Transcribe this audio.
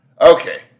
Okay